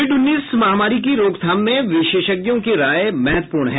Covid उन्नीस महामारी की रोकथाम में विशेषज्ञों की राय महत्वपूर्ण है